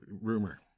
rumor